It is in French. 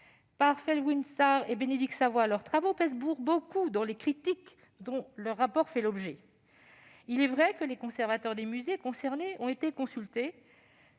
associé les scientifiques à leurs travaux pèse pour beaucoup dans les critiques dont leur rapport fait l'objet. Il est vrai que les conservateurs des musées concernés ont été consultés